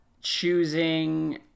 choosing